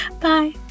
Bye